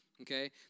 okay